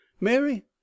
mary